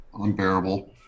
unbearable